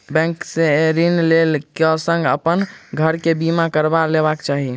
bank से ऋण लै क संगै अपन घर के बीमा करबा लेबाक चाही